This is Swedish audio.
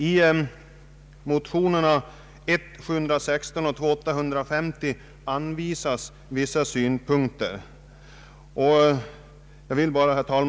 I motionerna I:716 och II: 850 anförs vissa synpunkter beträffande dessa spörsmål.